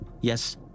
Yes